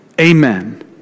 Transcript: Amen